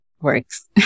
works